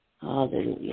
Hallelujah